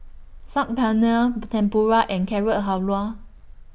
Saag Paneer Tempura and Carrot Halwa